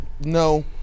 No